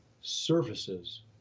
surfaces